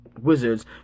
Wizards